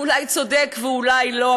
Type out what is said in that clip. אולי צודק ואולי לא,